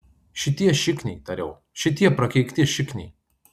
šitie šikniai tariau šitie prakeikti šikniai